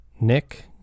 Nick